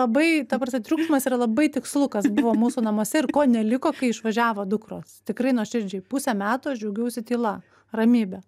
labai ta prasme triukšmas yra labai tikslu kas buvo mūsų namuose ir ko neliko kai išvažiavo dukros tikrai nuoširdžiai pusę metų aš džiaugiausi tyla ramybe